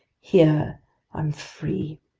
here i'm free!